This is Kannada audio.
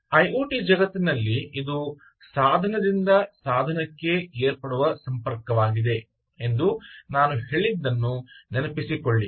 ಐಒಟಿ ಜಗತ್ತಿನಲ್ಲಿ ಇದು ಸಾಧನೆದಿಂದ ಸಾಧನಕ್ಕೆ ಏರ್ಪಡುವ ಸಂಪರ್ಕವಾಗಿದೆ ಎಂದು ನಾನು ಹೇಳಿದ್ದನ್ನು ನೆನಪಿಸಿಕೊಳ್ಳಿ